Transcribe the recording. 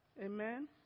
Amen